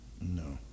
No